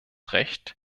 recht